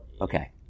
Okay